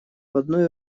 одной